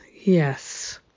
yes